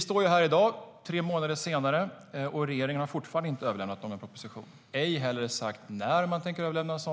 står här i dag, tre månader senare, och regeringen har fortfarande inte överlämnat någon proposition eller sagt när man tänker överlämna en sådan.